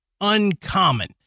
uncommon